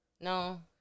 No